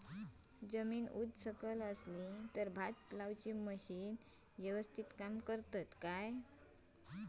जमीन उच सकल असली तर भात लाऊची मशीना यवस्तीत काम करतत काय?